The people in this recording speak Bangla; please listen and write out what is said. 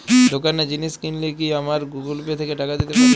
দোকানে জিনিস কিনলে কি আমার গুগল পে থেকে টাকা দিতে পারি?